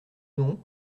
non